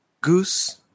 Goose